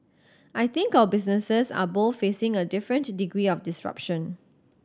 I think our businesses are both facing a different degree of disruption